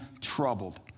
troubled